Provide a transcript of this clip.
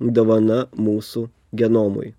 dovana mūsų genomui